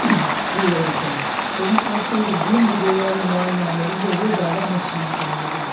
free हो जाते हैं लेकिन आज कल जो गेम जो वगैरह जो मोबाइल में आ गया वो बहुत ज़्यादा नुकसान करने लगा